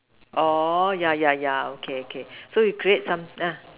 oh ya ya ya okay okay so you create some ah